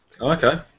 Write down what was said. Okay